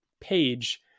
page